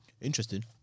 Interesting